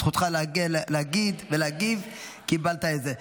זכותך להגיד ולהגיב, קיבלת את זה.